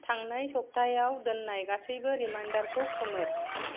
थांनाय सप्तायाव दोन्नाय गासैबो रिमाइन्डारखौ खोमोर